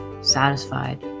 satisfied